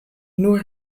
nur